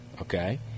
okay